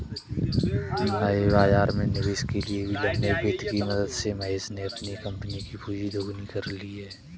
नए बाज़ार में निवेश के लिए भी लंबे वित्त की मदद से महेश ने अपनी कम्पनी कि पूँजी दोगुनी कर ली